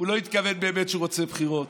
לא התכוון שהוא רוצה בחירות,